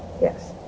Yes